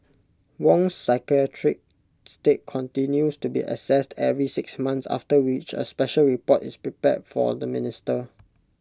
Wong's psychiatric state continues to be assessed every six months after which A special report is prepared for the minister